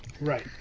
Right